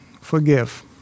forgive